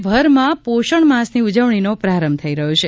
રાજ્યભરમાં આજથી પોષણ માસની ઉજવણીનો પ્રારંભ થઈ રહ્યો છે